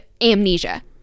amnesia